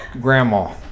Grandma